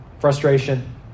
Frustration